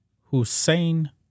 Hussein